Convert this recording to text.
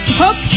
hook